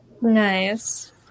nice